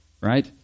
Right